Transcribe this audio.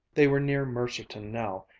they were near mercerton now,